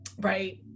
right